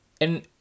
and-